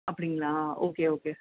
அப்படிங்களா okay okay